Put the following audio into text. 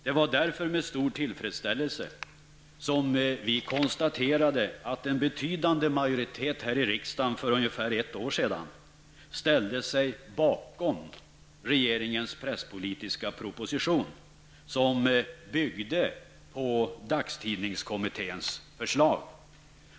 Det var därför med stor tillfredsställesle som vi konstaterade att en betydande majoritet här i riksdagen för ungefär ett år sedan ställde sig bakom regeringens presspolitiska proposition, som byggde på dagstidningskommitténs förslag.